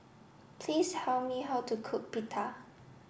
please how me how to cook Pita